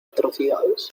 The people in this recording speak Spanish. atrocidades